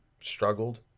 struggled